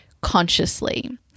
consciously